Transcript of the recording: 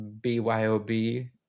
byob